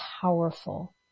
powerful